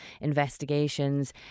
investigations